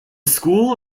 school